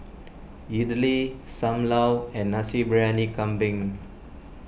Idly Sam Lau and Nasi Briyani Kambing